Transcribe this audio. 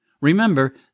Remember